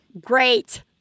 great